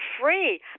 free